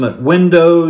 windows